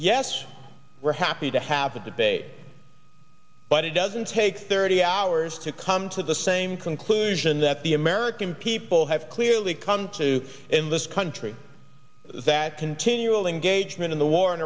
yes we're happy to have a debate but it doesn't take thirty hours to come to the same conclusion that the american people have clearly come to in this country that continually engagement in the war in